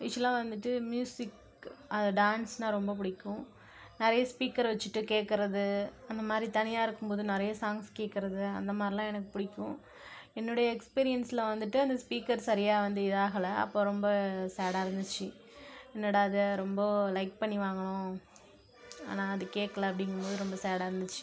யூஸ்வலாக வந்துட்டு மியூசிக்கு அது டான்ஸ்னா ரொம்ப பிடிக்கும் நிறைய ஸ்பீக்கரை வச்சுட்டு கேட்குறது அந்த மாதிரி தனியாக இருக்கும் போது நிறைய சாங்ஸ் கேட்குறது அந்த மாதிரிலாம் எனக்கு பிடிக்கும் என்னுடைய எக்ஸ்பீரியன்ஸில் வந்துட்டு அந்த ஸ்பீக்கர் சரியாக வந்து இதாகல அப்போ ரொம்ப சேடாக இருந்துச்சு என்னடாக இது ரொம்ப லைக் பண்ணி வாங்கினோம் ஆனால் அது கேட்கல அப்படிங்கும் போது ரொம்ப சேடாக இருந்துச்சு